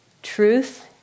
Truth